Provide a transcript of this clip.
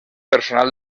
personal